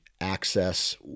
access